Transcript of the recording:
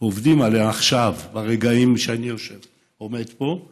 עובדים עליה עכשיו ברגעים שאני עומד פה,